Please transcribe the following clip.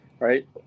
right